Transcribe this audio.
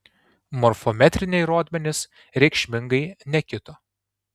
morfometriniai rodmenys reikšmingai nekito